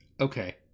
Okay